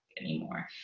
anymore